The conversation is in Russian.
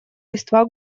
листва